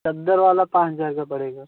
चादर वाला पाँच हज़ार का पड़ेगा